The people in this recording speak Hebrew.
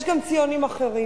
יש גם ציונים אחרים,